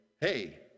hey